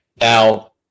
Now